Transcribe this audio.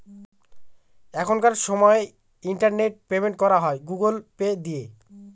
এখনকার সময় internet payment করা হয় গুগুল পে দিয়ে